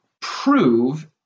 prove